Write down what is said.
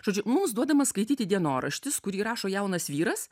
žodžiu mums duodamas skaityti dienoraštis kurį rašo jaunas vyras